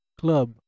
club